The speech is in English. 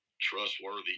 trustworthy